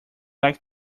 like